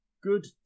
good